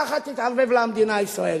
ככה תתערבב לה המדינה הישראלית.